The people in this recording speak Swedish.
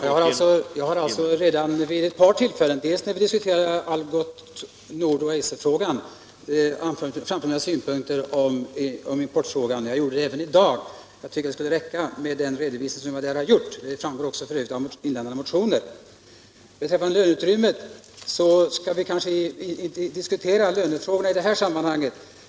Herr talman! Jag har redan vid ett par tillfällen framfört mina synpunkter beträffande importfrågan, dels när vi diskuterade frågan om Algots Nord AB och AB Eiser, dels i dag. Jag tycker att det skulle räcka med den redovisning som jag därmed har lämnat. F. ö. framgår det också av de inlämnade motionerna. Beträffande löneutrymmet vill jag säga att vi kanske inte skall diskutera lönefrågorna i det här sammanhanget.